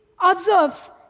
observes